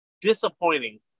Disappointing